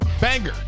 Banger